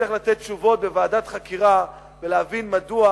ותצטרך לתת תשובות בוועדת חקירה ולהבין מדוע